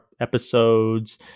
episodes